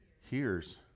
hears